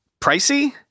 pricey